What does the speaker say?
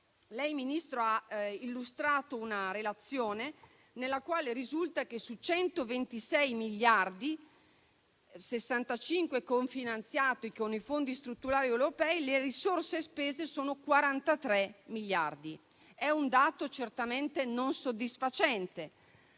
Ministro, ha illustrato una relazione nella quale risulta che su 126 miliardi, 65 dei quali cofinanziati con i fondi strutturali europei, le risorse spese sono 43 miliardi. È un dato certamente non soddisfacente.